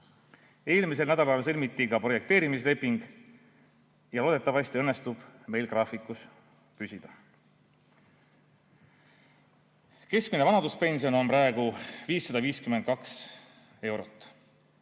Eelmisel nädalal sõlmiti projekteerimisleping ja loodetavasti õnnestub meil graafikus püsida. Keskmine vanaduspension on praegu 552 eurot.